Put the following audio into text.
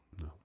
No